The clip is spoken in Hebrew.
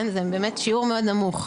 זה באמת שיעור מאוד נמוך.